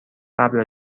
قبل